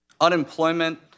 Unemployment